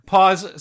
Pause